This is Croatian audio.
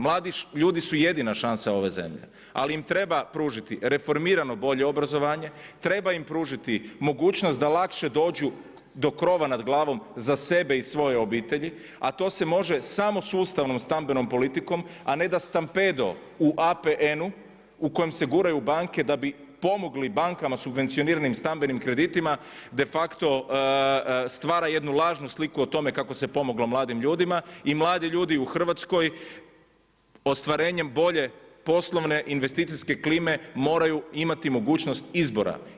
Mladi ljudi su jedina šansa ove zemlje ali im treba pružiti reformirano bolje obrazovanje, treba im pružiti mogućnost da lakše dođu do krova nad glavom za sebe i svoje obitelji a to se može samo sustavnom stambenom politikom a ne da stampedo u APN-u u kojem se guraju banke da bi pomogli bankama subvencioniranim stambenim kreditima de facto stvara jednu lažnu sliku o tome kako se pomoglo mladim ljudima i mladi ljudi u Hrvatskoj ostvarenjem bolje poslovne, investicijske klime moraju imati mogućnost izbora.